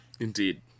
Indeed